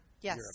Yes